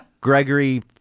Gregory